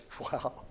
wow